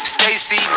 Stacy